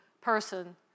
person